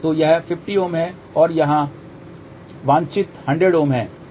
तो यह 50 Ω है और यहां वांछित 100 Ω है